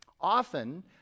Often